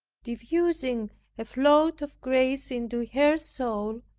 diffusing a flood of grace into her soul,